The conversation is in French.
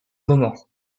moment